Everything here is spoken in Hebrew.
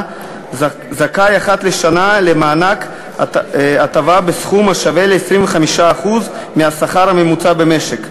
זכאי אחת לשנה למענק הטבה בסכום השווה ל-25% מהשכר הממוצע במשק.